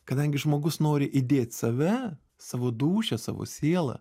kadangi žmogus nori įdėt save savo dūšią savo sielą